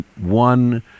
one